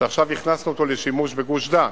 שעכשיו הכנסנו לשימוש בגוש-דן,